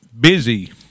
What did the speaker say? Busy